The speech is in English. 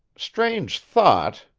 strange thought!